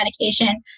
medication